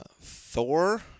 Thor